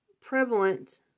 prevalent